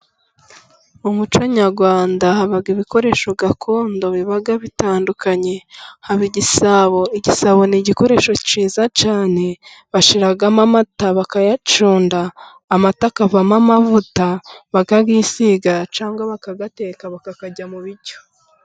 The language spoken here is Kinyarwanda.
Mu muco nyarwanda haba ibikoresho gakondo biba bitandukanye. Haba igisabo. Igisabo ni igikoresho cyiza cyane bashyiramo amata bakayacunda. Amata akavamo amavuta bakayisiga cyangwa bakayateka, bakayarya mu biryo.